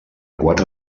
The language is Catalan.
quatre